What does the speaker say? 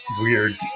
weird